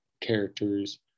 characters